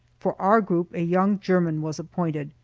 for our group a young german was appointed,